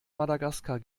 madagaskar